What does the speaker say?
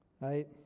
right